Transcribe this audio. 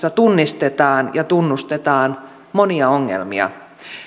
tunnistetaan ja tunnustetaan monia ongelmia